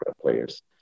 players